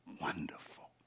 wonderful